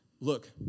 Look